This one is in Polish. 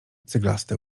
ceglaste